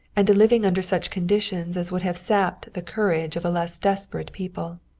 and to living under such conditions as would have sapped the courage of a less desperate people.